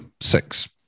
six